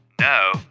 No